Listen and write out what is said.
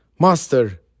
Master